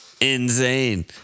insane